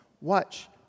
Watch